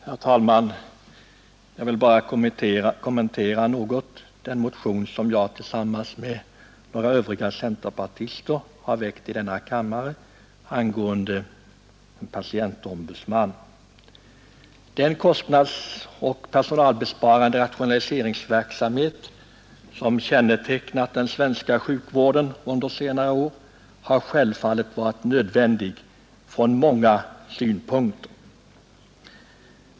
Herr talman! Jag vill bara något kommentera den motion som jag tillsammans med några andra centerpartister har väckt angående patientombudsman. Den kostnadsoch personalbesparande rationaliseringsverksamhet som kännetecknat den svenska sjukvården under senare år har självfallet varit nödvändig från många synpunkter.